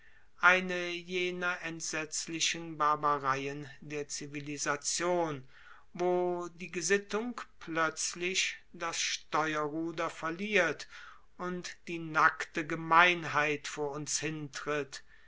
eine jener entsetzlichen barbareien der zivilisation wo die gesittung ploetzlich das steuerruder verliert und die nackte gemeinheit vor uns hintritt